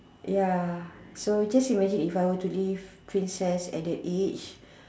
ya so just imagine if I were to live princess at that age